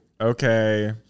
Okay